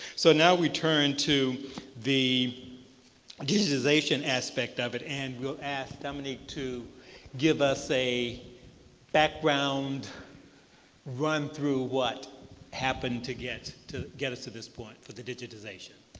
so now we turn to the digitization aspect of it. and we'll ask domenic to give us a background run through what happened to get to get us to this point for the digitization.